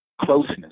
closeness